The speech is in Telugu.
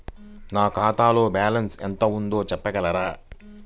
నా ఖాతాలో బ్యాలన్స్ ఎంత ఉంది చెప్పగలరా?